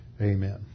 Amen